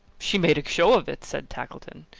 she made a show of it, said tackleton.